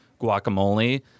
guacamole